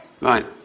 Right